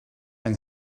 yng